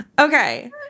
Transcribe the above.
Okay